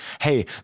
hey